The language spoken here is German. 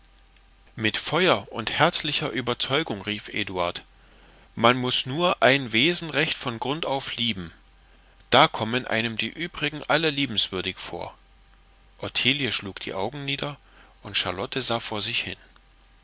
mit feuer und herzlicher überzeugung rief eduard man muß nur ein wesen recht von grund aus lieben da kommen einem die übrigen alle liebenswürdig vor ottilie schlug die augen nieder und charlotte sah vor sich hin